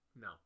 No